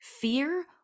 fear